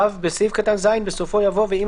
(ו)בסעיף קטן (ז), בסופו יבוא "ואם